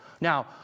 Now